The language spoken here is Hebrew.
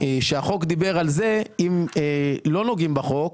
שהחוק דיבר על זה, אם לא נוגעים בחוק.